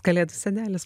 kalėdų senelis